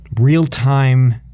real-time